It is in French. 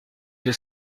deux